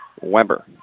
Weber